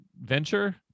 venture